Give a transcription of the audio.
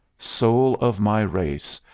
soul of my race,